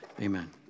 Amen